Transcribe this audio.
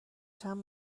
چند